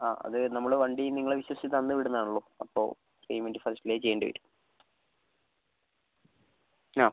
ആ അത് നമ്മൾ വണ്ടി നിങ്ങളെ വിശ്വസിച്ച് തന്ന് വിടുന്നതാണല്ലോ അപ്പോൾ പെയ്മെന്റ് ഫസ്റ്റ്ലേ ചെയ്യേണ്ടിവരും ആ